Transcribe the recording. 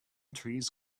trees